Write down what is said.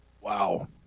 Wow